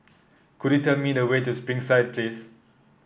could you tell me the way to Springside Place